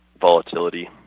volatility